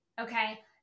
okay